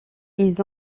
ils